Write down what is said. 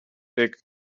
big